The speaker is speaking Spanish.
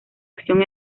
acción